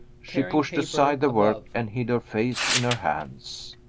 she pushed aside the work and hid her face in her hands.